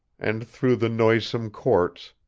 and through the noisome courts,